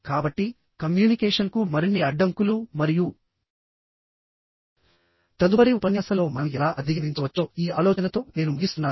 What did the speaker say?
కాబట్టికమ్యూనికేషన్కు మరిన్ని అడ్డంకులు మరియు తదుపరి ఉపన్యాసంలో మనం ఎలా అధిగమించవచ్చో ఈ ఆలోచనతో నేను ముగిస్తున్నాను